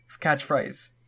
catchphrase